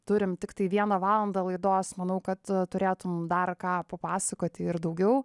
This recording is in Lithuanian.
turim tiktai vieną valandą laidos manau kad turėtum dar ką papasakoti ir daugiau